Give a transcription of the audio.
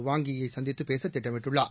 வாங் Yi யை சந்தித்துப் பேச திட்டமிட்டுள்ளார்